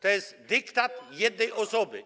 To jest dyktat jednej osoby.